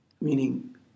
Meaning